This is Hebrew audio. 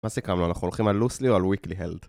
מה סיכמנו? אנחנו הולכים על LOOSLY או על WEAKLY HELD?